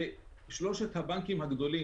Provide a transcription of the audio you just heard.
ומאז שלושת הבנקים הגדולים